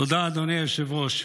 תודה, אדוני היושב-ראש.